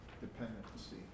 Dependency